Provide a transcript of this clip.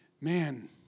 man